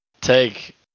take